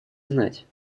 знать